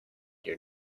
your